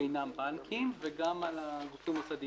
שאינם בנקים וגם על הגופים המוסדיים.